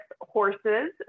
horses